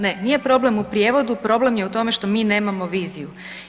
Ne, nije problem u prijevodu, problem je u tome što mi nemamo viziju.